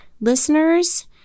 listeners